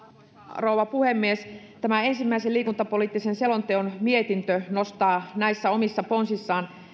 rouva puhemies tämä ensimmäisen liikuntapoliittisen selonteon mietintö nostaa näissä omissa ponsissaan